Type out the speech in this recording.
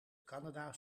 canada